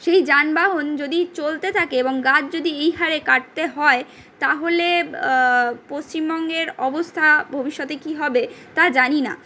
সেই যানবাহন যদি চলতে থাকে এবং গাছ যদি এই হারে কাটতে হয় তাহলে পশ্চিমবঙ্গের অবস্থা ভবিষ্যতে কী হবে তা জানি না